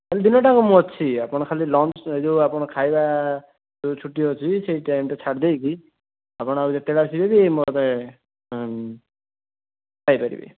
କାଲି ଦିନଟା ଯାକ ମୁଁ ଅଛି ଆପଣ ଖାଲି ଲଞ୍ଚ୍ ଏ ଯୋଉ ଆପଣ ଖାଇବା ଯୋଉ ଛୁଟି ହେଉଛି ସେଇ ଟାଇମ୍ ଟା ଛାଡ଼ିଦେଇକି ଆପଣ ଯେତେବେଳେ ଆସିଲେ ବି ମୋତେ ପାଇପାରିବେ